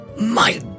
My